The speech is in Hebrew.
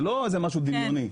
זה לא משהו דמיוני.